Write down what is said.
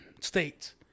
states